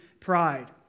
pride